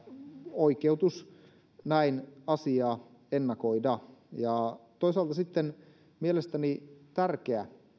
oikeutus näin asiaa ennakoida toisaalta sitten mielestäni tärkeä